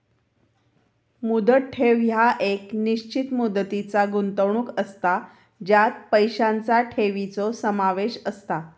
मुदत ठेव ह्या एक निश्चित मुदतीचा गुंतवणूक असता ज्यात पैशांचा ठेवीचो समावेश असता